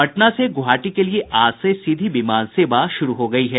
पटना से गुवाहाटी के लिये आज से सीधी विमान सेवा शुरू हो गयी है